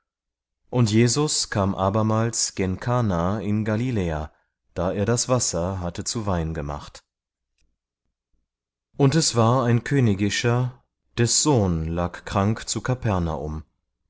und jesus kam abermals gen kana in galiläa da er das wasser hatte zu wein gemacht und es war ein königischer des sohn lag krank zu kapernaum